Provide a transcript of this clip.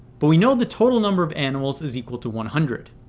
but we know the total number of animals is equal to one hundred.